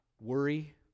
worry